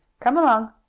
come along!